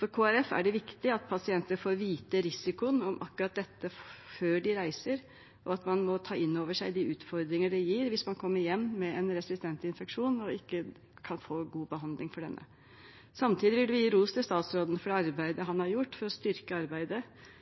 For Kristelig Folkeparti er det viktig at pasienter får vite risikoen om akkurat dette før de reiser, og at man må ta inn over seg de utfordringer det gir hvis man kommer hjem med en resistent infeksjon og ikke kan få god behandling for denne. Samtidig vil vi gi ros til statsråden for arbeidet han har gjort for å styrke arbeidet